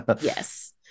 Yes